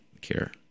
care